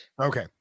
Okay